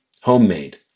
homemade